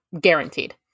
guaranteed